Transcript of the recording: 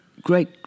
great